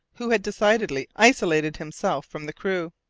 who had decidedly isolated himself from the crew.